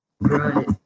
right